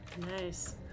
Nice